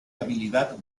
habilidad